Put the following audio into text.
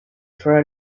for